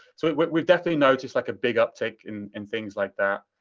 so we've definitely noticed, like, a big uptick in in things like that.